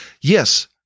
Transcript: Yes